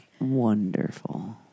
Wonderful